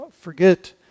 forget